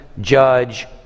judge